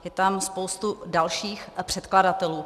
Je tam spoustu dalších předkladatelů.